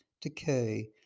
decay